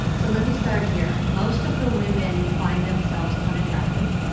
so let me start here most of the women find themselves unattractive.